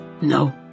no